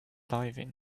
diving